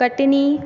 Patna